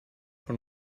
von